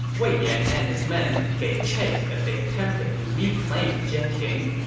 wei yan and his men gave chase as they attempted to reclaim jieting.